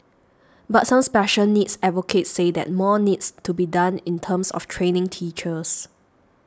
but some special needs advocates say that more needs to be done in terms of training teachers